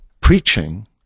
preaching